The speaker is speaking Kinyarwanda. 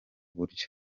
buryo